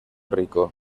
rico